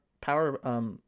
power